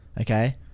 Okay